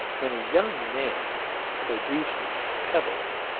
when a young man produces pebbles,